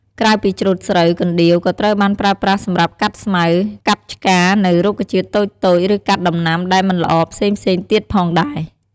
ក្រៅពីច្រូតស្រូវ កណ្ដៀវក៏ត្រូវបានប្រើប្រាស់សម្រាប់កាត់ស្មៅ កាប់ឆ្កានៅរុក្ខជាតិតូចៗ ឬកាត់ដំណាំដែលមិនល្អផ្សេងៗទៀតផងដែរ។